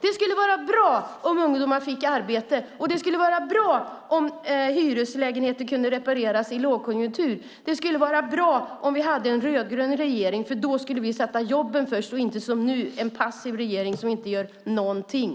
Det skulle vara bra om ungdomar fick arbete, och det skulle vara bra om hyreslägenheter kunde repareras i lågkonjunktur. Det skulle vara bra om vi hade en rödgrön regering, för då skulle vi sätta jobben först och inte som nu ha en passiv regering som inte gör någonting.